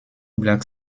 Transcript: black